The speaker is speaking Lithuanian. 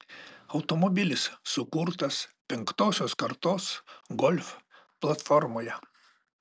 automobilis sukurtas penktosios kartos golf platformoje